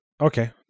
Okay